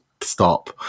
stop